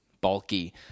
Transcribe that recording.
bulky